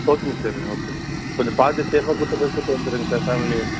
ஓகேங்க சார் ஓகேங்க கொஞ்சம் பார்த்து சேஃபாக கூப்பிட்டு போய் கூப்பிட்டு வந்துருங்க சார் ஃபேமிலியை